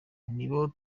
nibo